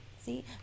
See